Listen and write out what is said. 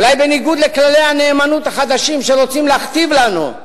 אולי בניגוד לכללי הנאמנות החדשים שרוצים להכתיב לנו,